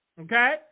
okay